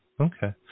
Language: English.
Okay